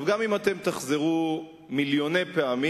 גם אם אתם תחזרו מיליוני פעמים,